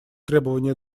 требования